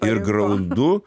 ir graudu